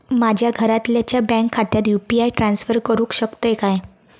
माझ्या घरातल्याच्या बँक खात्यात यू.पी.आय ट्रान्स्फर करुक शकतय काय?